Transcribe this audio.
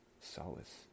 solace